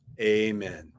amen